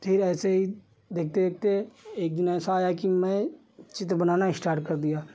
फिर ऐसे ही देखते देखते एक दिन ऐसा आया कि मैं चित्र बनाना स्टार्ट कर दिया